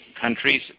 countries